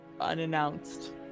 unannounced